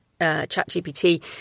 ChatGPT